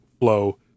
flow